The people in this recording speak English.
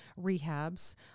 rehabs